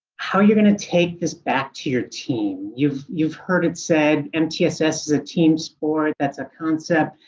how your gonna take this back to your team? you've you've heard it said mtss is a team sport. that's a concept.